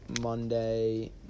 Monday